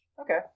Okay